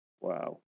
Wow